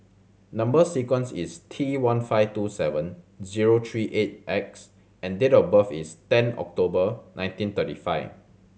number sequence is T one five two seven zero three eight X and date of birth is ten October nineteen thirty five